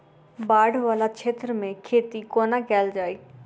बाढ़ वला क्षेत्र मे खेती कोना कैल जाय?